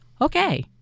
okay